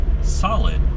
solid